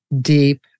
deep